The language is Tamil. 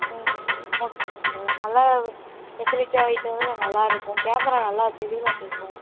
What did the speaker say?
ம் ஓகேங்க சார் நல்லா ஃபெசிலிட்டி நல்லாயிருக்கும் கேமரா நல்லா தெளிவாக கேட்கும்